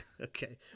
Okay